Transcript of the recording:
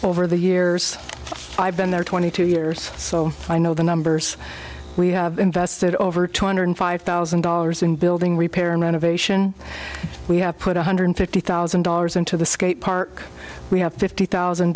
over the years i've been there twenty two years so i know the numbers we have invested over two hundred five thousand dollars in building repair and renovation we have put one hundred fifty thousand dollars into the skate park we have fifty thousand